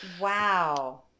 Wow